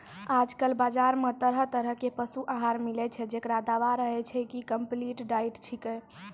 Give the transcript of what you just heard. आजकल बाजार मॅ तरह तरह के पशु आहार मिलै छै, जेकरो दावा रहै छै कि कम्पलीट डाइट छेकै